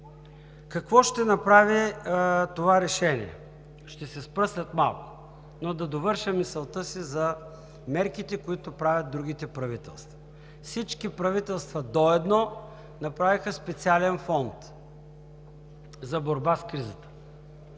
Какво ще направи това решение? Ще се спра след малко, но да довърша мисълта си за мерките, които правят другите правителства. Всички правителства – до едно, направиха специален фонд за борба с кризата